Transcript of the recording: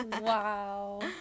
Wow